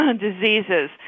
diseases